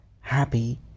Happy